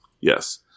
yes